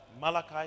Malachi